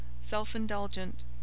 self-indulgent